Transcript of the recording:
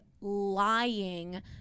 lying